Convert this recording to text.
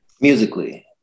musically